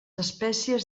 espècies